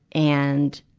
and,